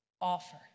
offer